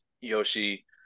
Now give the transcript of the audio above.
Yoshi